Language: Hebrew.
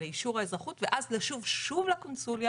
לאישור האזרחות ואז לשוב שוב לקונסוליה